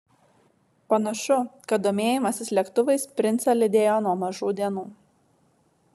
panašu kad domėjimasis lėktuvais princą lydėjo nuo mažų dienų